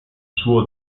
suo